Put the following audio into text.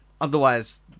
Otherwise